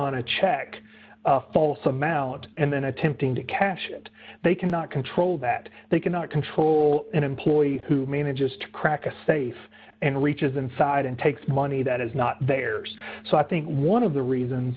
on a check them out and then attempting to cash it they cannot control that they cannot control an employee who manages to crack a safe and reaches inside and takes money that is not there so i think one of the reasons